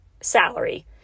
salary